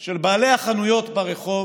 של בעלי החנויות ברחוב